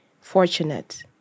fortunate